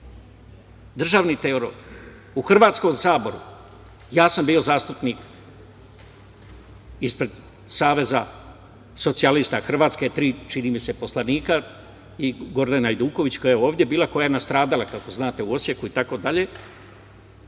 Državni teror, u hrvatskom saboru, ja sam bio zastupnik ispred Saveza socijalista Hrvatske, tri čini mi se poslanika i Gordana Ajduković, koja je ovde bila, koja je nastradala kako znate u Osjeku itd.